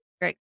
Great